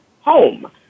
home